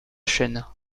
chaine